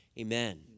Amen